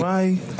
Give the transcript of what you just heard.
יוראי,